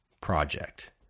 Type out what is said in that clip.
project